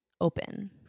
open